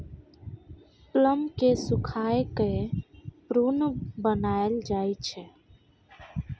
plum केँ सुखाए कए प्रुन बनाएल जाइ छै